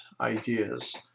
ideas